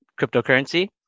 cryptocurrency